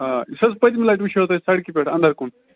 آ یُس حظ پتمہِ لٹہِ وُچھو توہہِ سڑکہِ پٮ۪ٹھ اَندَر کُن